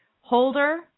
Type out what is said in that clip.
Holder